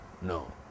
no